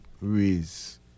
raise